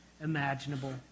imaginable